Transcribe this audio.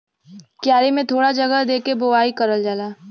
क्यारी में थोड़ा जगह दे के बोवाई करल जाला